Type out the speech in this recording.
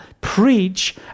Preach